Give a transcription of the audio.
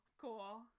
cool